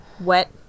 wet